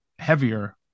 heavier